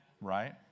right